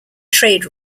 trade